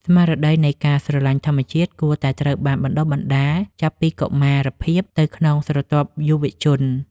ស្មារតីនៃការស្រឡាញ់ធម្មជាតិគួរតែត្រូវបានបណ្តុះបណ្តាលចាប់ពីកុមារភាពទៅក្នុងស្រទាប់យុវជន។